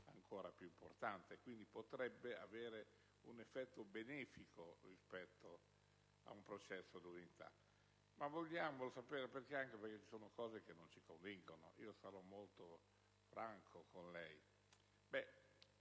ancora più importante. Potrebbe avere un effetto benefico rispetto a un processo di unità. Vogliamo saperlo anche perché ci sono cose che non ci convincono. Sarò molto franco con lei.